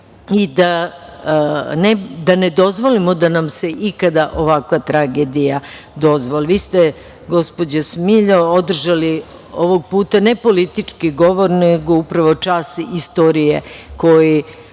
i da ne dozvolimo da nam se ikada ovakva tragedije dozvoli. Vi ste, gospođo Smiljo, održali ovog puta ne politički govor nego upravo čas istorije koji